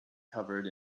covered